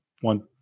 one